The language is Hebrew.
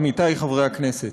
עמיתי חברי הכנסת,